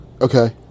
Okay